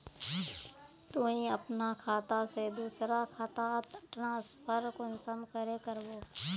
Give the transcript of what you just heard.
तुई अपना खाता से दूसरा खातात ट्रांसफर कुंसम करे करबो?